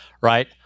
right